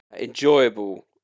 enjoyable